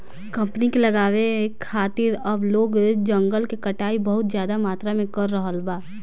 company के लगावे खातिर अब लोग जंगल के कटाई बहुत ज्यादा मात्रा में कर रहल बा